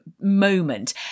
moment